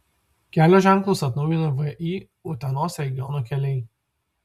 kelio ženklus atnaujina vį utenos regiono keliai